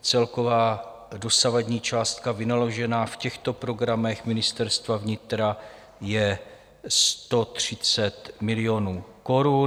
Celková dosavadní částka vynaložená v těchto programech Ministerstva vnitra je 130 milionů korun.